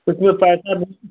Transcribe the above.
उसमें पैसा